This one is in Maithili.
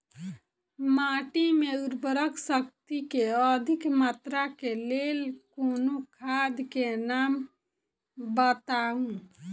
माटि मे उर्वरक शक्ति केँ अधिक मात्रा केँ लेल कोनो खाद केँ नाम बताऊ?